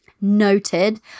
noted